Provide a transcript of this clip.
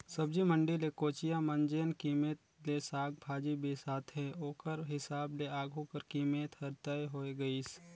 सब्जी मंडी ले कोचिया मन जेन कीमेत ले साग भाजी बिसाथे ओकर हिसाब ले आघु कर कीमेत हर तय होए गइस